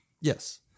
Yes